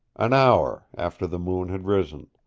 an hour after the moon had risen.